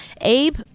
Abe